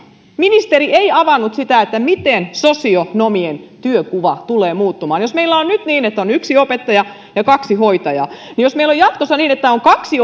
ministeri ei avannut sitä miten sosionomien työnkuva tulee muuttumaan jos meillä on nyt niin että on yksi opettaja ja kaksi hoitajaa ja jos meillä on jatkossa niin että on kaksi